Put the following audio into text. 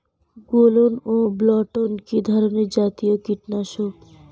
গোলন ও বলটন কি ধরনে জাতীয় কীটনাশক?